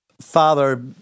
Father